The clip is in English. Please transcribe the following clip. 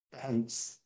Thanks